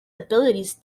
abilities